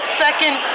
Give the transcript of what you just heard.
second